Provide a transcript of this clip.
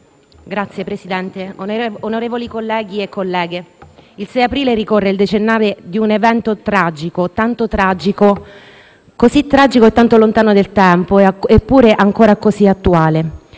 Signor Presidente, onorevoli colleghi e colleghe, il 6 aprile ricorre il decennale di un evento tragico, tanto tragico e tanto lontano nel tempo eppure ancora così attuale.